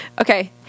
Okay